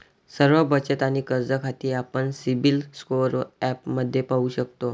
सर्व बचत आणि कर्ज खाती आपण सिबिल स्कोअर ॲपमध्ये पाहू शकतो